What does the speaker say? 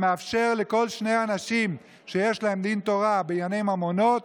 המאפשר לכל שני אנשים שיש להם דין תורה בענייני ממונות,